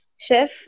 chef